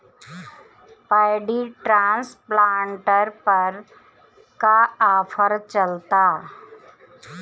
Paddy transplanter पर का offer चलता?